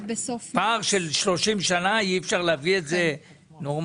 פער של 30 שנה אי אפשר להביא את זה נורמלי?